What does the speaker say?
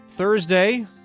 Thursday